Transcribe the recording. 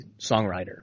songwriter